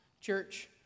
Church